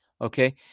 okay